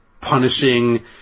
punishing